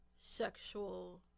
sexual